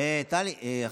תגיד לי מה הבעיה פה.